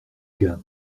gars